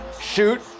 shoot